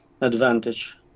advantage